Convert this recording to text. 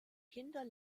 kinder